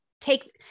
take